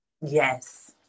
Yes